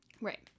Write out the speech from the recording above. Right